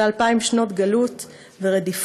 אחרי אלפיים שנות גלות ורדיפות,